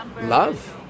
Love